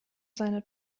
seine